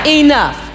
enough